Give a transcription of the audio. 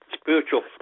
spiritual